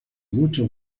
muchos